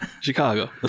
Chicago